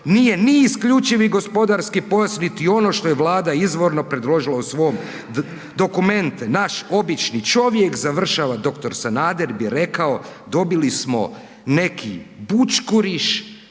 nije ni isključivi gospodarski pojas, niti ono što je Vlada izvorno predložila u svom dokumente, naš obični čovjek“ završava dr. Sanader bi rekao „dobili smo neki bućkuriš,